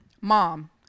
Mom